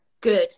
good